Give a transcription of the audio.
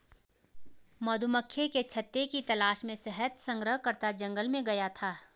मधुमक्खी के छत्ते की तलाश में शहद संग्रहकर्ता जंगल में गया था